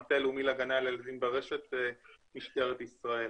המטה הלאומי להגנה על ילדים ברשת במשטרת ישראל.